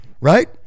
Right